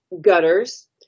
gutters